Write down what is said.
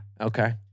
Okay